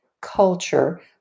culture